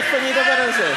תכף אני אדבר על זה.